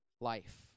life